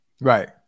right